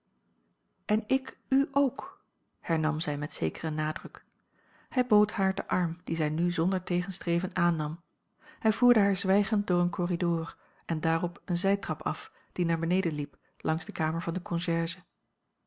en ik u ook hernam zij met zekeren nadruk hij bood haar den arm dien zij nu zonder tegenstreven aannam hij voerde haar zwijgend door een corridor en daarop eene zijtrap af die naar beneden liep langs de kamer van den concierge